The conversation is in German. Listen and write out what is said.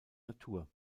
natur